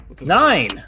Nine